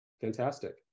Fantastic